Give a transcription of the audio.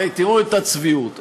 תראו את הצביעות.